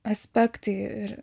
aspektai ir